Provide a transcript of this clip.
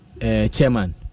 chairman